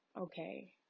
okay